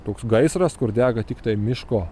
toks gaisras kur dega tiktai miško